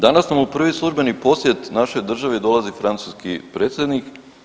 Danas nam u prvi službeni posjet našoj državi dolazi francuski predsjednik.